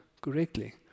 correctly